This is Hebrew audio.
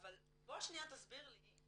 אבל בוא שנייה תסביר לי,